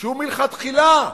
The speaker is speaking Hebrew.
שהוא מלכתחילה,